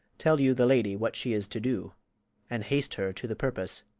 tell you the lady what she is to do and haste her to the purpose.